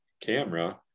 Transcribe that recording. camera